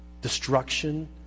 destruction